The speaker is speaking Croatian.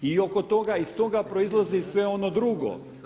I oko toga i iz toga proizlazi sve ono drugo.